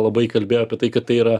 labai kalbėjo apie tai kad tai yra